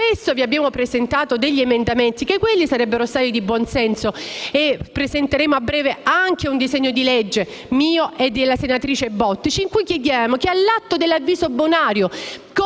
Vi abbiamo presentato emendamenti che sarebbero stati di buonsenso e presenteremo a breve anche un disegno di legge, mio e della senatrice Bottici, in cui chiediamo che, all'atto dell'avviso bonario,